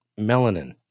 melanin